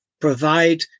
Provide